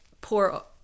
poor